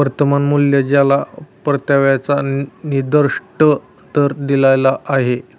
वर्तमान मूल्य ज्याला परताव्याचा निर्दिष्ट दर दिलेला आहे